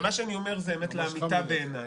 זו אמת לאמיתה בעיני.